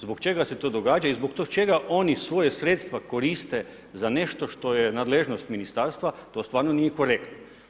Zbog čega se to događa i zbog čega oni svoja sredstva koriste za nešto što je nadležnost Ministarstva, to stvarno nije korektno.